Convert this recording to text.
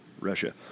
Russia